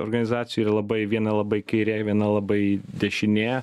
organizacijų ir labai viena labai kairėj viena labai dešinėje